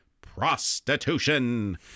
Prostitution